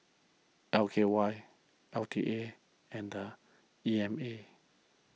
L K Y L T A and E M A